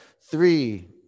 Three